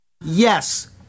Yes